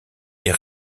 est